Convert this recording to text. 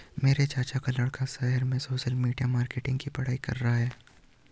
मेरे चाचा का लड़का शहर में सोशल मीडिया मार्केटिंग की पढ़ाई कर रहा है